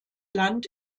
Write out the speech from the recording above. land